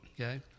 okay